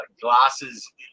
glasses